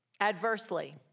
adversely